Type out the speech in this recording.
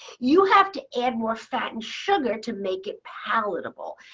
you have to add more fat and sugar to make it palatable.